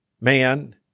man